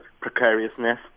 precariousness